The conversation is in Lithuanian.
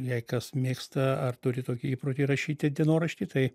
jei kas mėgsta ar turi tokį įprotį rašyti dienoraštį tai